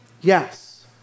yes